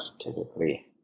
Typically